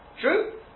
True